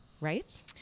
right